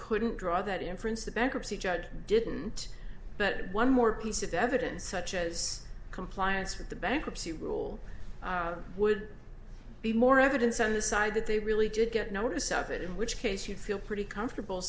couldn't draw that inference the bankruptcy judge didn't but one more piece of evidence such as compliance with the bankruptcy rule would be more evidence on the side that they really did get notice of it in which case you feel pretty comfortable